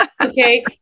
Okay